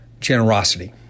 generosity